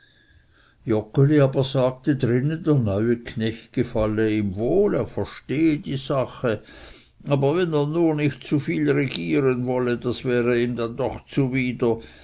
sagte drinnen der neue knecht gefalle ihm wohl er verstehe die sache aber wenn er nur nicht zu viel regieren wolle das wäre ihm doch zuwider